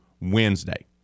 Wednesday